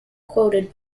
quoted